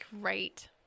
great